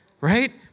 Right